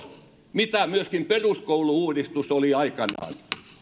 mitä myöskin peruskoulu uudistus oli aikanaan